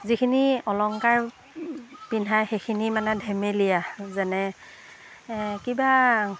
যিখিনি অলংকাৰ পিন্ধায় সেইখিনি মানে ধেমেলীয়া যেনে কিবা